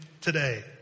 today